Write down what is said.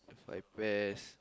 five pears